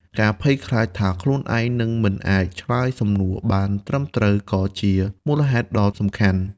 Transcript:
ការភ័យខ្លាចថាខ្លួនឯងនឹងមិនអាចឆ្លើយសំណួរបានត្រឹមត្រូវក៏ជាមូលហេតុមួយដ៏សំខាន់។